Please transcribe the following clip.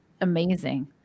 amazing